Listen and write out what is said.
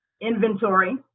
inventory